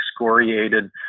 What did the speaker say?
excoriated